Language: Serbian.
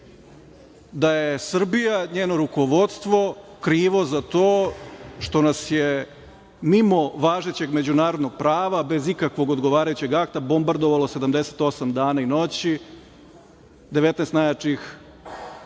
da je Srbija, njeno rukovodstvo krivo za to što nas je, mimo važećeg međunarodnog prava, bez ikakvog odgovarajućeg akta, bombardovalo 78 dana i noći 19 najjačih zemalja